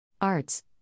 Arts